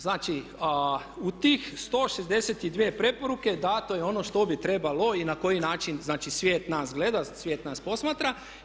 Znači u tih 162 preporuke dato je ono što bi trebalo i na koji način znači svijet nas gleda, svijet nas posmatra.